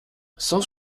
cent